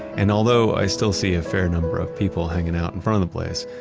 and although i still see a fair number of people hanging out in front of the place,